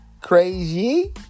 Crazy